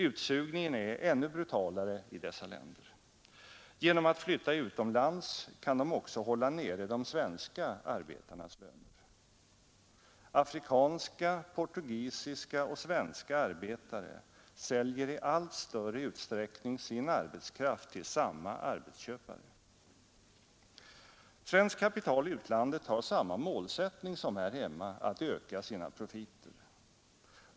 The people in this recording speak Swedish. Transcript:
Utsugningen är ännu brutalare i dessa länder. Genom att flytta utomlands kan man också hålla nere de svenska arbetarnas löner. Afrikanska, portugisiska och svenska arbetare säljer i allt större utsträckning sin arbetskraft till samma arbetsköpare. Svenskt kapital i utlandet har samma målsättning som här hemma — att öka sina profiter.